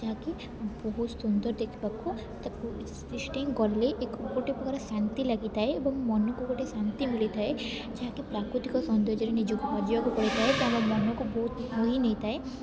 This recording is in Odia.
ଯାହାକି ବହୁତ ସୁନ୍ଦର ଦେଖିବାକୁ ତାକୁ ଗଲେ ଗୋଟେ ପ୍ରକାର ଶାନ୍ତି ଲାଗିଥାଏ ଏବଂ ମନକୁ ଗୋଟେ ଶାନ୍ତି ମିଳିଥାଏ ଯାହାକି ପ୍ରାକୃତିକ ସୌନ୍ଦର୍ଯ୍ୟରେ ନିଜକୁ ହଜିବାକୁ ପଡ଼ିଥାଏ ଆମ ମନକୁ ବହୁତ ମୋହି ନେଇଥାଏ